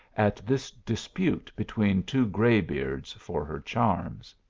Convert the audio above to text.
at this dispute between two gray beards for her charms.